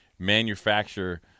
manufacture